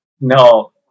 No